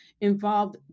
involved